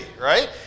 right